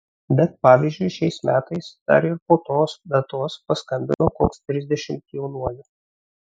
bet pavyzdžiui šiais metais dar ir po tos datos paskambino koks trisdešimt jaunuolių